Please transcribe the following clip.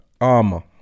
armor